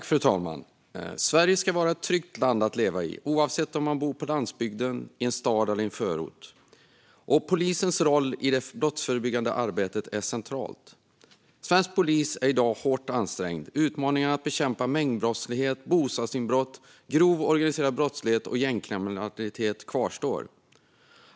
Fru talman! Sverige ska vara ett tryggt land att leva i oavsett om man bor på landsbygden, i en stad eller i en förort, och polisens roll i det brottsförebyggande arbetet är centralt. Svensk polis är i dag hårt ansträngd. Utmaningarna att bekämpa mängdbrottslighet, bostadsinbrott, grov organiserad brottslighet och gängkriminalitet kvarstår.